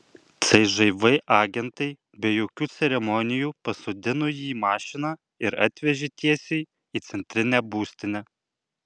cžv agentai be jokių ceremonijų pasodino jį į mašiną ir atvežė tiesiai į centrinę būstinę